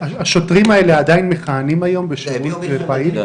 השוטרים האלה עדיין מכהנים היום בשירות פעיל?